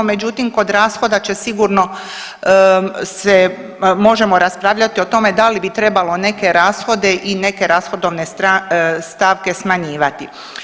Međutim, kod rashoda će sigurno se možemo raspravljati o tome da li bi trebalo neke rashode i neke rashodovne stavke smanjivati.